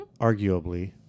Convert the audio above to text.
Arguably